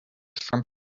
from